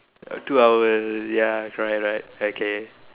two hours ya right right okay